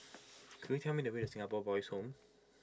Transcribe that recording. could you tell me the way the Singapore Boys' Home